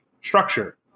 structure